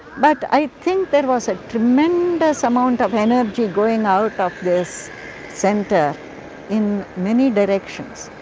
but i think there was a tremendous amount of energy going out of this center in many directions.